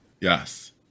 Yes